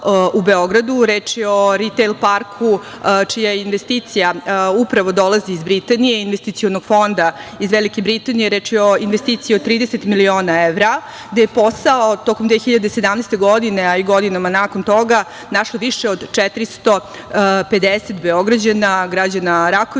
reč je o ritejl parku čija je investicija upravo dolazi iz Britanije, investicionog fonda iz Velike Britanije, reč je o investiciji od 30 miliona evra, gde je posao tokom 2017. godine, a i godinama nakon toga našlo više od 450 Beograđana, građana Rakovice,